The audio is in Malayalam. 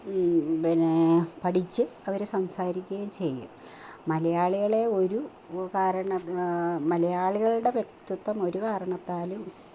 പിന്നെ പഠിച്ച് അവർ സംസാരിക്കുകയും ചെയ്യും മലയാളികളെ ഒരു കാരണം മലയാളികളുടെ വ്യക്തിത്വം ഒരു കാരണത്താലും